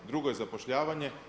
Drugo je zapošljavanje.